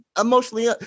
emotionally